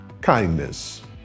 kindness